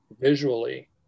visually